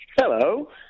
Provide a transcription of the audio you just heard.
Hello